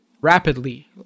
rapidly